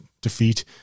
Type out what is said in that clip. defeat